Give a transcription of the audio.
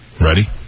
Ready